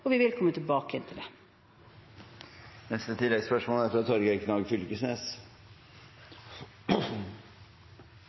og vi vil komme tilbake til det. Torgeir Knag Fylkesnes – til